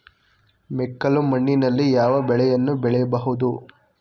ಮೆಕ್ಕಲು ಮಣ್ಣಿನಲ್ಲಿ ಯಾವ ಬೆಳೆಯನ್ನು ಬೆಳೆಯಬಹುದು?